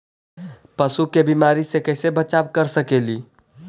पशु के बीमारी से कैसे बचाब कर सेकेली?